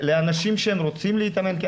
ולאנשים שרוצים להתאמן.